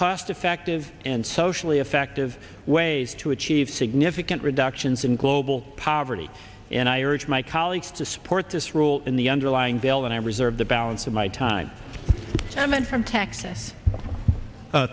cost effective and socially effective ways to achieve significant reductions in global poverty and i urge my colleagues to support this rule in the underlying dale and i reserve the balance of my time and then from texas